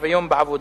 השוויון בעבודה.